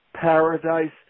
Paradise